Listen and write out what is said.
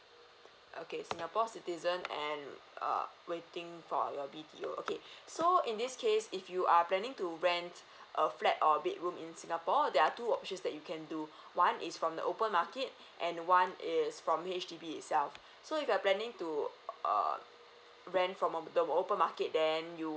okay singapore citizen and err waiting for your B_ T_O okay so in this case if you are planning to rent a flat or bedroom in singapore there are two options that you can do one is from the open market and one is from H_D_B itself so if you're planning to err rent from um the open market than you